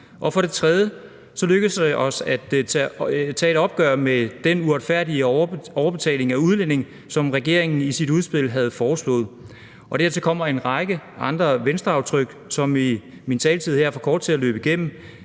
kr. For det tredje lykkedes det os at tage et opgør med den uretfærdige overbetaling af udlændinge, som regeringen i sit udspil havde foreslået. Dertil kommer en række andre Venstreaftryk, som min taletid her er for kort til at gå igennem.